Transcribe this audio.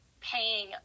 paying